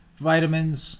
vitamins